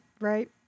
right